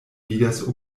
vidas